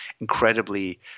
incredibly –